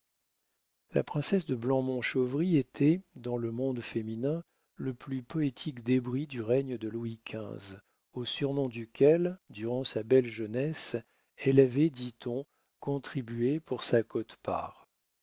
la princesse de blamont-chauvry était dans le monde féminin le plus poétique débris du règne de louis xv au surnom duquel durant sa belle jeunesse elle avait dit-on contribué pour sa quote-part